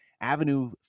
Avenue